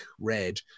red